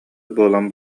буолан